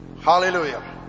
Hallelujah